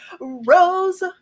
Rose